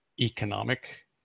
economic